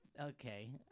Okay